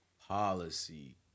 Policy